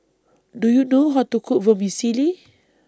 Do YOU know How to Cook Vermicelli